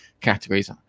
categories